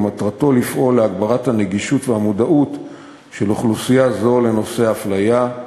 ומטרתו לפעול להגברת הנגישות והמודעות של אוכלוסייה זו לנושא האפליה,